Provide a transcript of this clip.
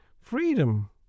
freedom